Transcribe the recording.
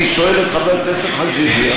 אני שואל את חבר הכנסת חאג' יחיא.